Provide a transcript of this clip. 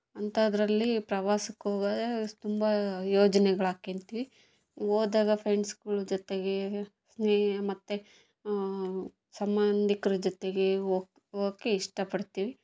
ಅಂಥದರಲ್ಲಿ ಪ್ರವಾಸಕ್ಕೆ ಹೋಗದೆ ತುಂಬ ಯೋಜನೆಗಳು ಹಾಕ್ಕಂತೀವಿ ಹೋದಾಗ ಫ್ರೆಂಡ್ಸ್ಗಳು ಜೊತೆಗೆ ಸ್ನೇ ಮತ್ತು ಸಂಬಂಧಿಕ್ರ ಜೊತೆಗೆ ಹೋಗ್ ಹೋಗಕ್ಕೆ ಇಷ್ಟಪಡ್ತೀವಿ